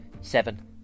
seven